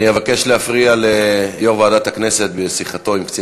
אני אבקש להפריע ליושב-ראש ועדת הכנסת בשיחתו עם קצין